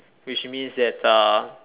which means that uh